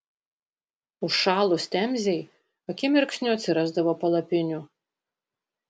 užšalus temzei akimirksniu atsirasdavo palapinių